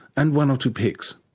and one or two pigs.